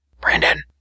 Brandon